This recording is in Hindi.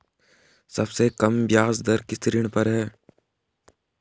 सबसे कम ब्याज दर किस ऋण पर है?